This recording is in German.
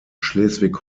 schleswig